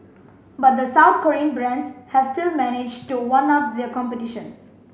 but the South Korean brands have still managed to one up their competition